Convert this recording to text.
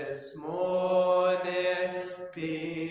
ah small and be